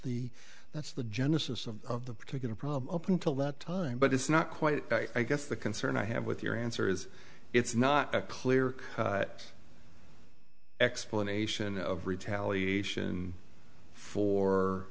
the that's the genesis of the particular problem up until that time but it's not quite that i guess the concern i have with your answer is it's not clear at explanation of retaliation for